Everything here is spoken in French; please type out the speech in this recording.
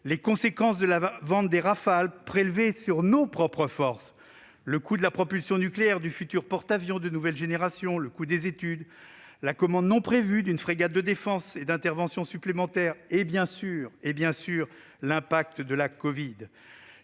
les conséquences de la vente des Rafale prélevés sur nos propres forces, le coût de la propulsion nucléaire du futur porte-avions de nouvelle génération, le coût des études, la commande non prévue d'une frégate de défense et d'intervention supplémentaire et, bien sûr, l'impact de la covid-19.